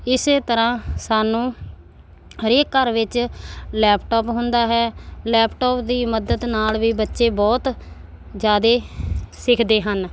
ਇਸ ਤਰ੍ਹਾਂ ਸਾਨੂੰ ਹਰੇਕ ਘਰ ਵਿੱਚ ਲੈਪਟਾਪ ਹੁੰਦਾ ਹੈ ਲੈਪਟਾਪ ਦੀ ਮਦਦ ਨਾਲ ਵੀ ਬੱਚੇ ਬਹੁਤ ਜ਼ਿਆਦਾ ਸਿੱਖਦੇ ਹਨ